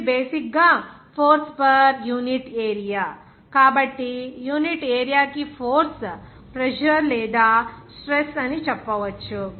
ఇది బేసిక్ గా force per unit area కాబట్టి యూనిట్ ఏరియా కి ఫోర్స్ ప్రెజర్ లేదా స్ట్రెస్ అని చెప్పవచ్చు